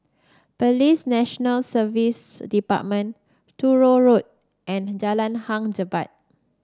Police National Service Department Truro Road and Jalan Hang Jebat